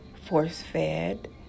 force-fed